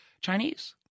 Chinese